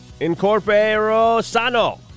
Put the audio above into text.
Incorporosano